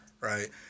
right